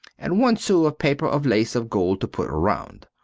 and one sou of paper of lace of gold to put around.